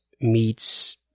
meets